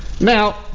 Now